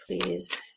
Please